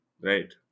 Right